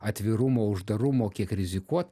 atvirumo uždarumo kiek rizikuot